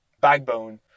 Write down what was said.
backbone